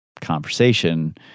conversation